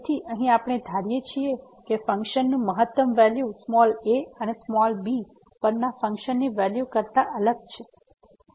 તેથી અહીં આપણે ધારીએ છીએ કે ફંકશનનું મહત્તમ વેલ્યુ a અને b પરના ફંકશન વેલ્યુ કરતા અલગ છે